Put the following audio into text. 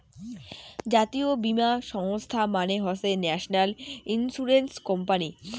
জাতীয় বীমা সংস্থা মানে হসে ন্যাশনাল ইন্সুরেন্স কোম্পানি